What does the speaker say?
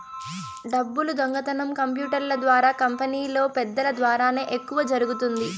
డబ్బులు దొంగతనం కంప్యూటర్ల ద్వారా కంపెనీలో పెద్దల ద్వారానే ఎక్కువ జరుగుతుంది